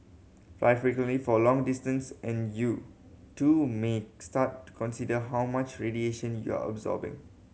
fly frequently for long distance and you too may start to consider how much radiation you're absorbing